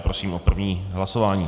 Prosím o první hlasování.